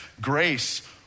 grace